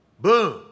Boom